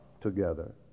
together